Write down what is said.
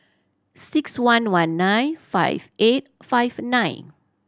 six one one nine five eight five nine